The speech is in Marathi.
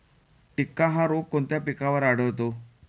टिक्का हा रोग कोणत्या पिकावर आढळतो?